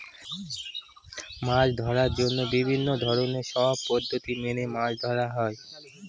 মাছ ধরার জন্য বিভিন্ন ধরনের সব পদ্ধতি মেনে মাছ ধরা হয়